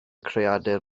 creadur